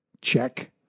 Check